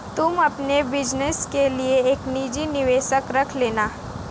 तुम अपने बिज़नस के लिए एक निजी निवेशक रख लेना